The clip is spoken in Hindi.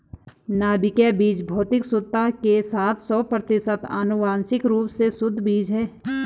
नाभिकीय बीज भौतिक शुद्धता के साथ सौ प्रतिशत आनुवंशिक रूप से शुद्ध बीज है